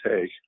take